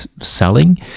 selling